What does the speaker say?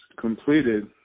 completed